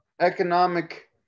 economic